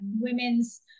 women's